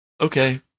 Okay